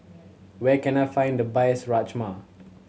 where can I find the best Rajma